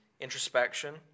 introspection